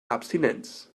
abstinenz